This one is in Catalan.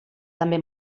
també